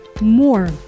more